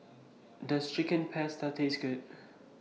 Does Chicken Pasta Taste Good